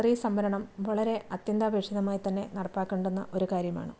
സ്ത്രീ സംവരണം വളരെ അത്യന്താപേക്ഷിതമായി തന്നെ നടപ്പാക്കേണ്ടുന്ന ഒരു കാര്യമാണ്